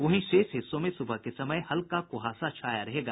वहीं शेष हिस्सों में सुबह के समय हल्का कुहासा छाया रहेगा